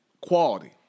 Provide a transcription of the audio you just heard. quality